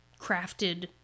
crafted